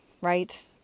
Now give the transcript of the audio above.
Right